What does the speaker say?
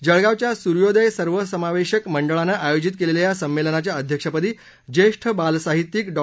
जळगावच्या सर्योदय सर्वसमावेशक मंडळानं आयोजित केलेल्या या संमेलनाच्या अध्यक्षपदी ज्येष्ठ बालसाहित्यिक डॉ